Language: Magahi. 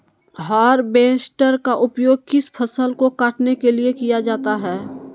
हार्बेस्टर का उपयोग किस फसल को कटने में किया जाता है?